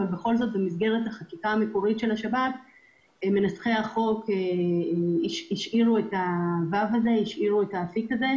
אבל בכל זאת מנסחי החוק השאירו את האפיק הזה,